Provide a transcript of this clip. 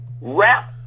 rap